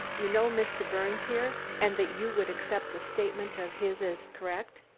you know mr. birnes here? and that you would accept a statement of his as correct?